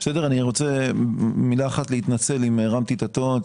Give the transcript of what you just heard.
אני רוצה מילה אחת להתנצל אם הרמתי את הטון.